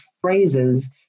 phrases